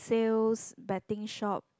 sales betting shop